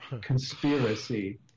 conspiracy